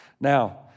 Now